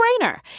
no-brainer